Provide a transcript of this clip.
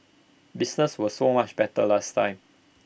business was so much better last time